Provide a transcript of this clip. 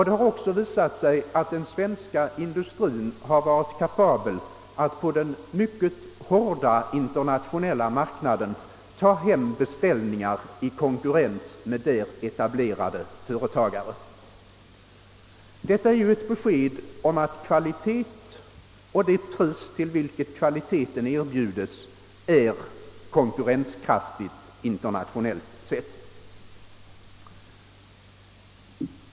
Det har också visat sig att den svenska industrien har varit kapabel att på den mycket hårda internationella marknaden ta hem beställningar i konkurrens med där etablerade företag. Detta utgör ett besked om att kvaliteten och det pris till vilket denna erbjudes är konkurrenskraftiga internationellt sett.